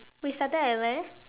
we started at where